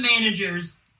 managers